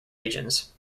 regions